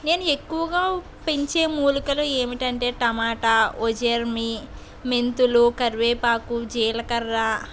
నేను ఎక్కువగా పెంచే మూలికలు ఏమిటంటే టమాట ఓజర్మీ మెంతులు కరివేపాకు జీలకర్ర